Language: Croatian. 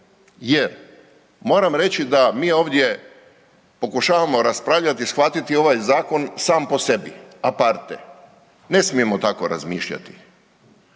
jer moram reći da mi ovdje pokušavamo raspravljati i shvatiti ovaj zakon sam po sebi, a parte. Ne smijemo tako razmišljati.